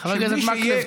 שמישהו יהיה,